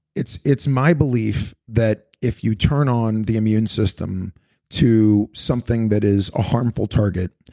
it's it's my belief that if you turn on the immune system to something that is a harmful target,